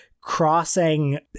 crossing